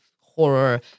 horror